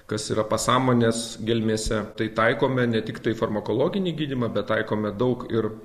kas yra pasąmonės gelmėse tai taikome ne tiktai farmakologinį gydymą bet taikome daug ir